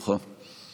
חבר הכנסת טיבי, תורך.